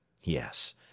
Yes